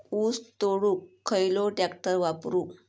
ऊस तोडुक खयलो ट्रॅक्टर वापरू?